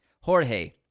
Jorge